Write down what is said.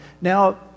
Now